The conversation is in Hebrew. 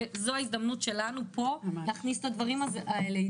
וזו ההזדמנות שלנו פה להכניס את הדברים האלה,